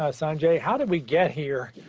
ah sanjay. how did we get here?